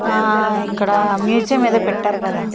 ఇక్కడ మ్యూజియం ఏదో పెట్టారు కదా